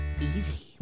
easy